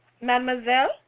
Mademoiselle